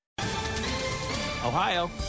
Ohio